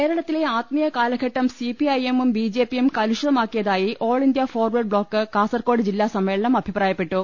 കേരളത്തിലെ ആത്മീയ കാലഘട്ടം സിപിഐഎമ്മും ബി ജെ പിയും കലുഷിതമാക്കിയതായി all India forward bloc Kasaragod ജില്ലാ സമ്മേളനം അഭിപ്രായപ്പെട്ടു